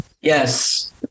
Yes